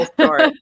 story